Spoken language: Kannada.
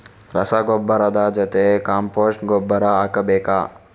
ರಸಗೊಬ್ಬರದ ಜೊತೆ ಕಾಂಪೋಸ್ಟ್ ಗೊಬ್ಬರ ಹಾಕಬೇಕಾ?